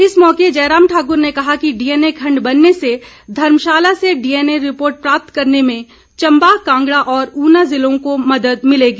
इस मौके जयराम ठाकूर ने कहा कि डीएनए खंड बनने से धर्मशाला से डीएनए रिपोर्ट प्राप्त करने में चंबा कांगड़ा और ऊना जिलों को मदद मिलेगी